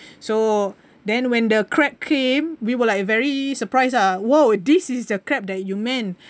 so then when the crab came we were like very surprise ah !whoa! this is the crab that you meant